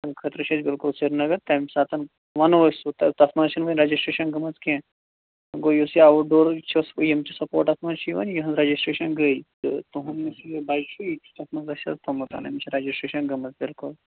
تَمہِ خٲطرٕ چھِ اَسہِ بِلکُل سِریٖنَگر تَمہِ ساتہٕ وَنو أسۍ سُہ تَتھ مَنٛز چھُنہٕ وُنہِ رَجَسٹریشَن گٲمٕژ کیٚنٛہہ وۄنۍ گوٚو یُس یہِ آوُٹ ڈورز چھُس یِم چھِ سَپوٹ اَتھ مَنٛز چھِ یِوان یِہٕںٛز رَجَسٹریشَن گٔے تہٕ تُہنٛد یُس یہِ بَچہٕ چھُ یِتہِ چھُ تَتھ مَنٛز رَجَسٹر تھوٚومُت أمِس چھِ رَجَسٹریشَن گٲمٕژ بِلکُل